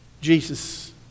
Jesus